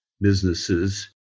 businesses